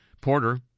Porter